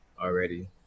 already